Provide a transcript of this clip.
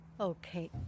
Okay